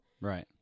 Right